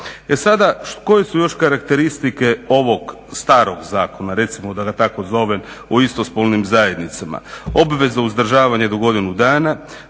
E sada koje su još karakteristike ovog starog zakona, recimo da ga tako zovem o istospolnim zajednicama, obveza uzdržavanja do godinu dana,